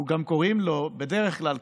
גם קוראים לו בדרך כלל,